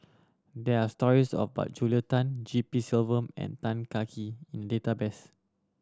there are stories about Julia Tan G P Selvam and Tan Kah Kee in database